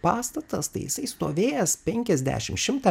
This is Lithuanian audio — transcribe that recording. pastatas tai jisai stovėjęs penkiasdešim šimtą